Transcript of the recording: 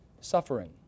Suffering